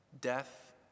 death